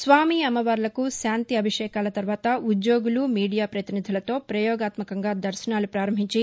స్వామి అమ్మవార్లకు శాంతి అభిషేకాల తర్వాత ఉద్యోగులు మీడియా పతినిధులతో ప్రయోగాత్యకంగా దర్శనాలు పారంభించి